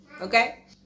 okay